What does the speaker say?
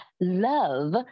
love